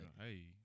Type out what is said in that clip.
Hey